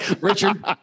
Richard